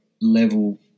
level